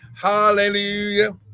Hallelujah